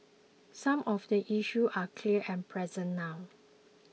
some of the issues are clear and present now